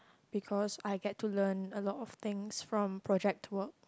because I get to learn a lot of things from project work